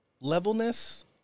levelness